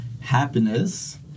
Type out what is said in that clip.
Happiness